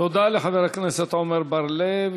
תודה לחבר הכנסת עמר בר-לב.